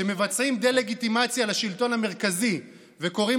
שמבצעים דה-לגיטימציה לשלטון המרכזי וקוראים